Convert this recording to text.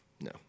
no